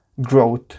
growth